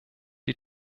die